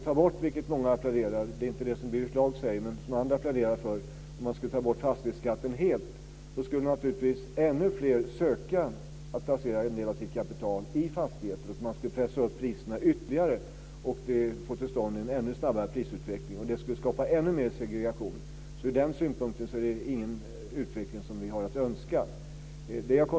Om man - vilket många pläderar för, inte Birger Schlaug men många andra - skulle ta bort fastighetsskatten helt, då skulle ännu flera placera sina kapital i fastigheter. Därmed skulle priserna pressas upp ytterligare, och då skulle prisutvecklingen bli ännu snabbare. Det skulle skapa ännu mer segregation. Från den synpunkten är det ingen utveckling som vi önskar.